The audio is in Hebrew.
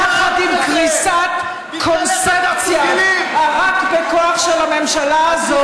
יחד עם קריסת קונספציית ה"רק בכוח" של הממשלה הזאת,